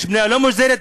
יש בנייה לא מוסדרת,